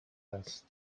است